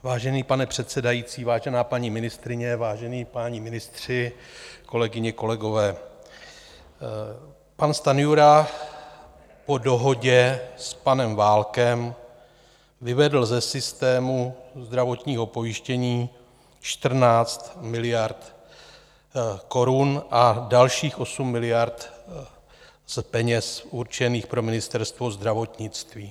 Vážený pane předsedající, vážená paní ministryně, vážení páni ministři, kolegyně, kolegové, pan Stanjura po dohodě s panem Válkem vyvedl ze systému zdravotního pojištění 14 miliard korun a dalších 8 miliard z peněz určených pro Ministerstvo zdravotnictví.